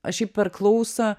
aš šiaip per klausą